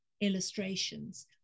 illustrations